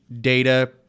data